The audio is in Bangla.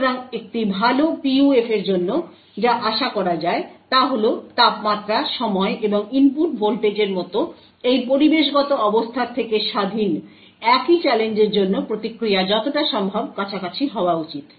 সুতরাং একটি ভাল PUF এর জন্য যা আশা করা যায় তা হল তাপমাত্রা সময় এবং ইনপুট ভোল্টেজের মতো এই পরিবেশগত অবস্থার থেকে স্বাধীন একই চ্যালেঞ্জের জন্য প্রতিক্রিয়া যতটা সম্ভব কাছাকাছি হওয়া উচিত